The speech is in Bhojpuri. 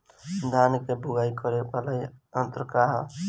धान के बुवाई करे वाला यत्र का ह?